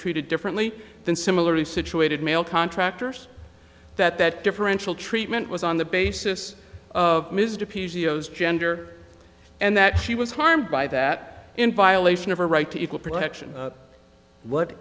treated differently than similarly situated male contractors that that differential treatment was on the basis of mr p c o s gender and that she was harmed by that in violation of her right to equal protection what